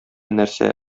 нәрсә